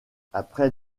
après